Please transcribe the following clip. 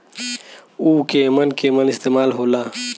उव केमन केमन इस्तेमाल हो ला?